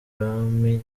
umwambi